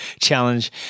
challenge